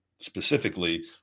specifically